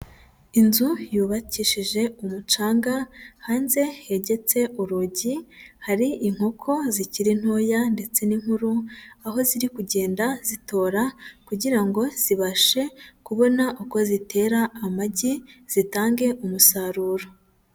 Inzu yubakishije umucanga hanze hegetse urugi, hari inkoko zikiri ntoya ndetse n'inkuru, aho ziri kugenda zitora kugira ngo zibashe kubona uko zitera amagi zitange umusaruro.